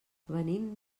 venim